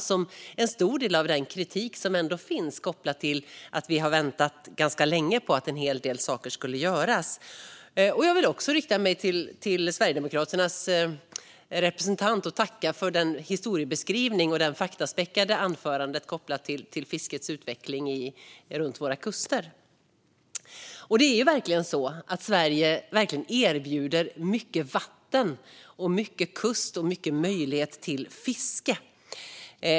Det är en stor del av den kritik som ändå finns på grund av att vi har väntat länge på att en hel del saker ska göras. Jag vill även rikta mig till Sverigedemokraternas representant och tacka för historiebeskrivningen och det faktaspäckade anförandet som handlade om fiskets utveckling runt våra kuster. Sverige erbjuder verkligen mycket vatten, mycket kust och stora möjligheter till fiske.